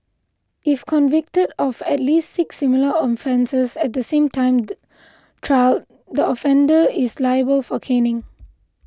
if convicted of at least six similar offences at the same time trial the offender is liable for caning